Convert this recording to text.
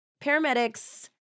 paramedics